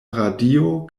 radio